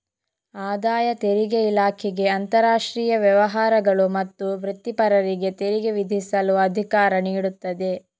ಆದಾಯ ತೆರಿಗೆ ಇಲಾಖೆಗೆ ಅಂತರಾಷ್ಟ್ರೀಯ ವ್ಯವಹಾರಗಳು ಮತ್ತು ವೃತ್ತಿಪರರಿಗೆ ತೆರಿಗೆ ವಿಧಿಸಲು ಅಧಿಕಾರ ನೀಡುತ್ತದೆ